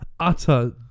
utter